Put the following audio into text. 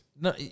No